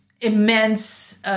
immense